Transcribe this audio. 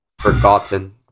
forgotten